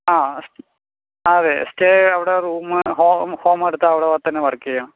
ആ സ് അതെ സ്റ്റേ അവിടെ റൂം ഹോം ഹോം എടുത്ത് അവിടെ തന്നെ വർക്ക് ചെയ്യാം